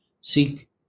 seek